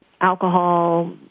alcohol